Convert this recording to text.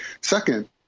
Second